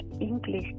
English